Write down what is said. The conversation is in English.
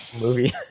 movie